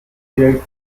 direct